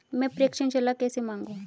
मैं प्रेषण सलाह कैसे मांगूं?